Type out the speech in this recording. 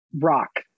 rock